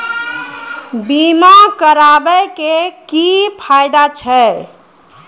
बीमा कराबै के की फायदा छै?